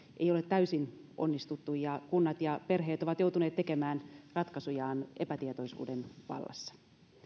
ei ole täysin onnistuttu ja kunnat ja perheet ovat joutuneet tekemään ratkaisujaan epätietoisuuden vallassa